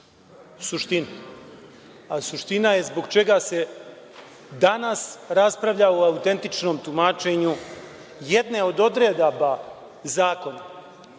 suštinu, a suština je zbog čega se danas raspravlja o autentičnom tumačenju jedne od odredaba zakona? Ovde,